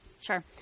Sure